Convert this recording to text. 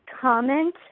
comment